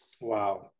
Wow